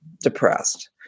depressed